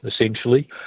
essentially